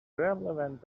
relevant